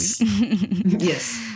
yes